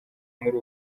muri